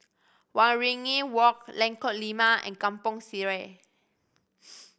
Waringin Walk Lengkok Lima and Kampong Sireh